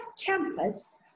campus